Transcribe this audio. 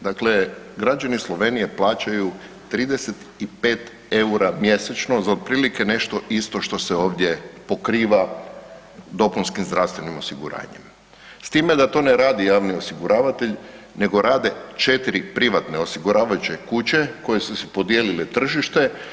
Dakle, građani Slovenije plaćaju 35 eura mjesečno za otprilike nešto isto što se ovdje pokriva dopunskim zdravstvenim osiguranjem, s time da to ne radi javni osiguravatelj nego rade četiri privatne osiguravajuće kuće koje su si podijelile tržište.